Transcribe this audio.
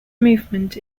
movement